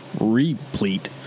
replete